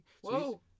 whoa